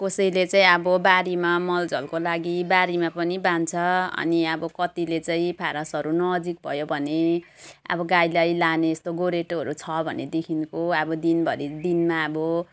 कसैले चाहिँ अब बारीमा मलजलको लागि बारीमा पनि बाँध्छ अनि अब कतिले चाहिँ फरेस्टहरू नजिक भयो भने अब गाईलाई लाने यस्तो गोरेटो छ भनेदेखिको अब दिनभरि दिनमा अब